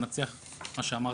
ונצליח את מה שאמרתי,